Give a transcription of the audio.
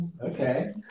Okay